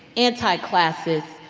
anti-classes,